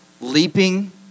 leaping